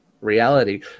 reality